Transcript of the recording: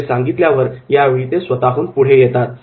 असे सांगितल्यावर या वेळी ते स्वतःहून पुढे येतात